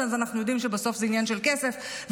אז אנחנו יודעים שבסוף זה עניין של כסף וג'ובים.